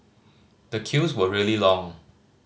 the queues were really long